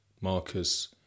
Marcus